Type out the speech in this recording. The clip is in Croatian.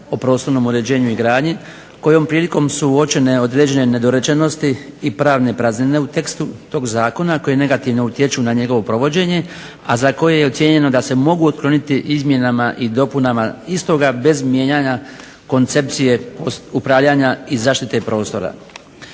o prostornom uređenju i gradnji kojom prilikom su uočene određene nedorečenosti i pravne praznine u tekstu tog zakona koji negativno utječu na njegovo provođenje, a za koje je ocijenjeno da se mogu otkloniti izmjenama i dopunama istoga bez mijenjanja koncepcije upravljanja i zaštite prostora.